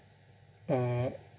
uh